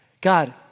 God